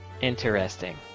Interesting